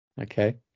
Okay